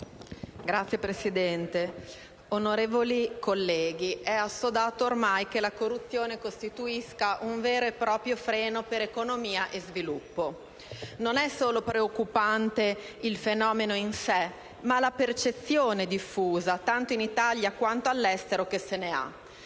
Signora Presidente, onorevoli colleghi, è assodato ormai che la corruzione costituisca un vero e proprio freno per economia e sviluppo. Non è solo preoccupante il fenomeno in sé, ma la percezione diffusa, tanto in Italia quanto all'estero, che se ne ha.